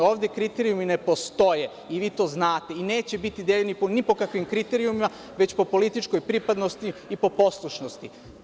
Ovde kriterijumi ne postoje i vi to znate, i neće biti deljeni ni po kakvim kriterijumima, već po političkoj pripadnosti i po poslušnosti.